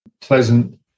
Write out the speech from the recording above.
pleasant